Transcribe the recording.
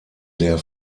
der